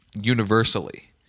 universally